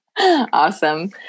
awesome